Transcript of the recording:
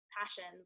passions